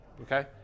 okay